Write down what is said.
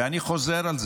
ואני חוזר על זה,